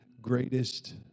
greatest